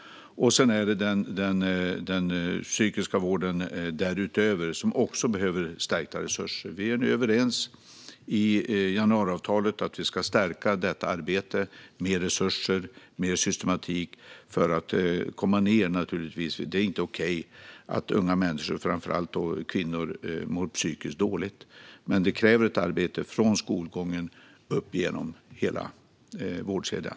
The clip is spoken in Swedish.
Den psykiska vården därutöver behöver också stärkta resurser. Vi är nu överens i januariavtalet om att stärka detta arbete med mer resurser och mer systematik för att få ned sjuktalen. Det är inte okej att unga människor, framför allt kvinnor, mår psykiskt dåligt. Men det kräver arbete från skolgången upp genom hela vårdkedjan.